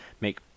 make